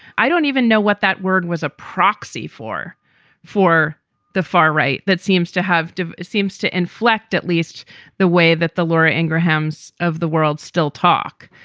i don't even know what that word was a proxy for for the far right. that seems to have seems to inflect at least the way that the laura ingraham's of the world still talk.